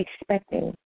expecting